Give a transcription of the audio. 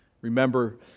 Remember